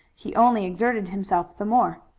he only exerted himself the more.